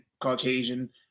Caucasian